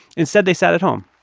instead, they sat at home